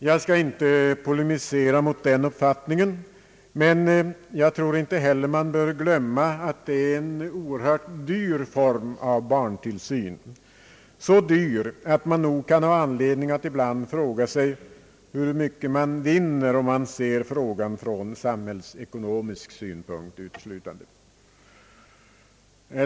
Jag skall inte polemisera mot den uppfattningen, men jag tror inte heller att vi bör glömma att det är en synnerligen dyr form av barntillsyn — så dyr att man nog kan ha anledning att ibland fråga sig hur mycket man vinner om man uteslutande ser frågan ur samhällsekonomisk synpunkt.